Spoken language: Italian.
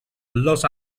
los